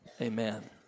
amen